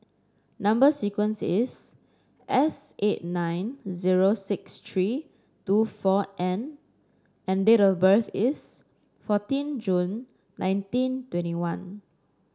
number sequence is S eight nine zero six three two four N and date of birth is fourteen June nineteen twenty one